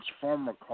former